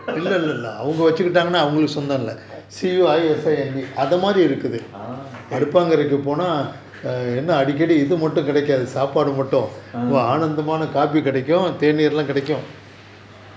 okay ah